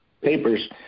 papers